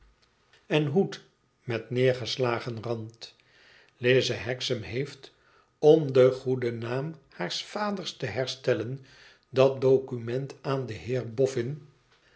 en hoed met neergeslagen rand lize hexam heeft om den goeden naam haars vaders te herstellen dat document aan den heer